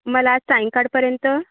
मला सायंकाळपर्यंत